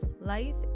life